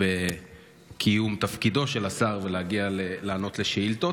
בקיום תפקידו של השר להגיע ולענות על שאילתות.